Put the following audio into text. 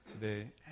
today